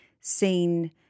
seen